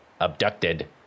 abducted